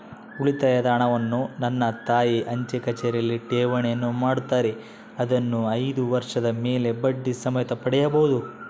ಉಳಿತಾಯದ ಹಣವನ್ನು ನನ್ನ ತಾಯಿ ಅಂಚೆಕಚೇರಿಯಲ್ಲಿ ಠೇವಣಿಯನ್ನು ಮಾಡುತ್ತಾರೆ, ಅದನ್ನು ಐದು ವರ್ಷದ ಮೇಲೆ ಬಡ್ಡಿ ಸಮೇತ ಪಡೆಯಬಹುದು